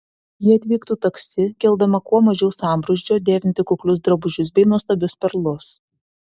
ji atvyktų taksi keldama kuo mažiau sambrūzdžio dėvinti kuklius drabužius bei nuostabius perlus